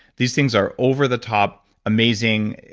these things are over the top amazing.